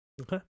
Okay